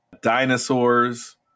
dinosaurs